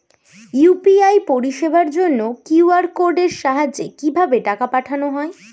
UPI পরিষেবার জন্য QR কোডের সাহায্যে কিভাবে টাকা পাঠানো হয়?